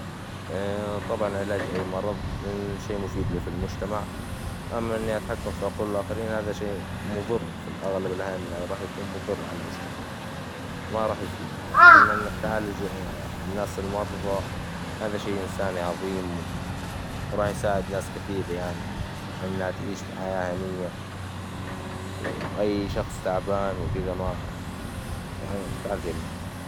طبعاً، علاج أي مرظ، إنه شي مفي ل- في المجتمع، أما اني أتحكم في عقول الآخرين، هذا شي مظر في الأغلب، إللي هن بيكون مظر عالمجتمع، ما راح يفيد، أما انك تعالج الناس المرظى، هذا شي إنساني عظيم وراح يساعد ناس كثير، يعني إنها تعيش في حياة هنية، وأي شخص تعبان وكدا ما- تعالجه من المرظ.